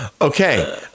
Okay